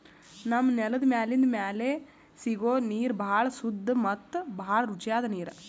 ನಮ್ಮ್ ನೆಲದ್ ಮ್ಯಾಲಿಂದ್ ಮ್ಯಾಲೆ ಸಿಗೋ ನೀರ್ ಭಾಳ್ ಸುದ್ದ ಮತ್ತ್ ಭಾಳ್ ರುಚಿಯಾದ್ ನೀರ್